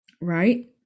Right